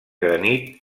granit